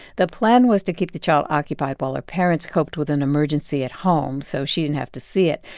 the plan was to keep the child occupied while her parents coped with an emergency at home so she didn't have to see it.